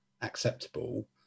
acceptable